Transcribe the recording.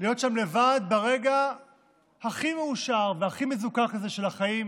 להיות שם לבד ברגע הכי מאושר והכי מזוכך הזה של החיים